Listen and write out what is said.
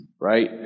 Right